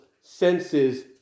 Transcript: senses